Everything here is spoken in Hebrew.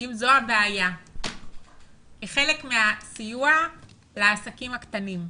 אם זו הבעיה, כחלק מהסיוע לעסקים הקטנים.